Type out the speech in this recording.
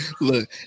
Look